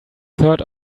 third